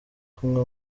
kumwe